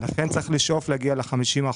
לכן צריך לשאוף להגיע ל-50%.